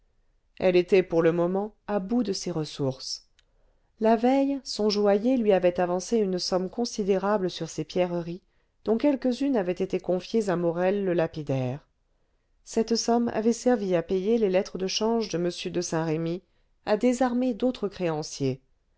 elle était pour le moment à bout de ses ressources la veille son joaillier lui avait avancé une somme considérable sur ses pierreries dont quelques-unes avaient été confiées à morel le lapidaire cette somme avait servi à payer les lettres de change de m de saint-remy à désarmer d'autres créanciers